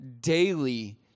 daily